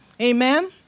Amen